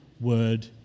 word